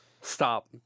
Stop